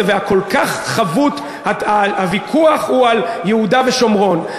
והכל-כך חבוט: הוויכוח הוא על יהודה ושומרון,